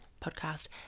podcast